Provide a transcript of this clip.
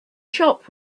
shop